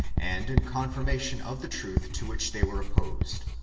and in con firmation of the truth to which they were opposed.